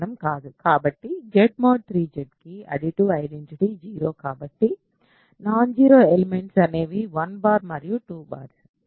కాబట్టి Z mod 3 Z కి additive identity 0 కాబట్టి నాన్ జీరో ఎలిమెంట్స్ అనేవి 1 మరియు 2